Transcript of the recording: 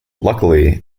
luckily